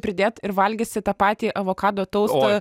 pridėt ir valgysi tą patį avokado toustą